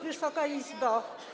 Wysoka Izbo!